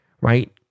right